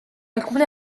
alcune